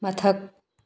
ꯃꯊꯛ